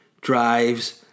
drives